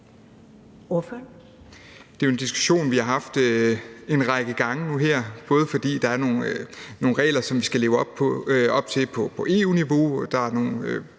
Det er en diskussion, vi har haft en række gange nu her, både fordi der er nogle regler, som vi skal leve op til på EU-niveau,